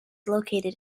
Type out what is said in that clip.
located